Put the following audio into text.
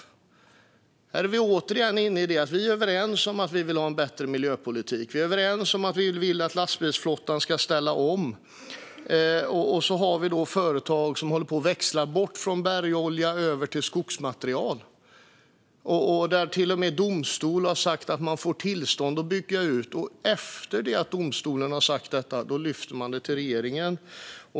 Där är vi återigen inne i detta: Vi är överens om att vi vill ha en bättre miljöpolitik och överens om att vi vill att lastbilsflottan ska ställa om, och så har vi företag som håller på att växla bort från bergolja och över till skogsmaterial, där till och med domstol har sagt att de får tillstånd att bygga ut, och efter att domstolen har sagt detta lyfter man det till regeringen.